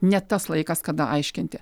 ne tas laikas kada aiškinti